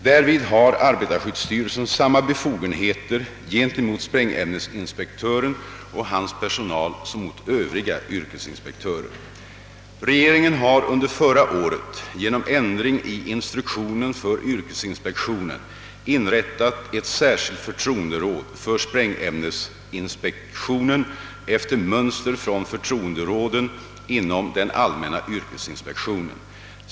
Därvid har arbetarskyddsstyrelsen samma befogenheter gentemot sprängämnesinspektören och hans personal som mot övriga yrkesinspektörer. Regeringen har under förra året genom ändring i instruktionen för yrkesinspektionen inrättat ett särskilt förtroenderåd för sprängämnesinspektionen efter mönster från förtroenderåden inom den allmänna yrkesinspektionen.